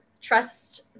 Trust